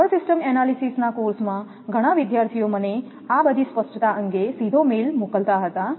power system એનાલિસિસના કોર્સમાં ઘણા વિદ્યાર્થીઓ મને આ બધી સ્પષ્ટતા અંગે સીધો મેઇલ મોકલતા હતા